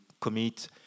commit